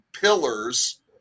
pillars